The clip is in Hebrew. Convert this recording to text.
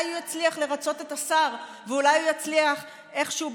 אולי הוא יצליח לרצות את השר ואולי הוא יצליח איכשהו,